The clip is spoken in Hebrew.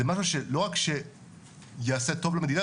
זה משהו שלא רק שיעשה טוב למדינה,